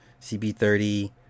CB30